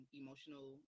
emotional